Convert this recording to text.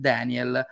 Daniel